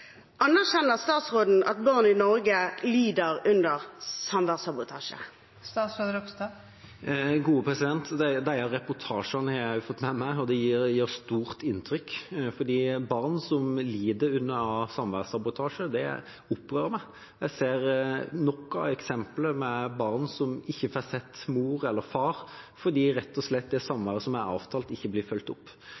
Anerkjenner statsråden at barn i Norge lider under samværssabotasje? Disse reportasjene har jeg også fått med meg, og det gjør stort inntrykk, for at det er barn som lider under samværssabotasje, opprører meg. Jeg ser nok av eksempler på barn som ikke får sett mor eller far rett og slett fordi det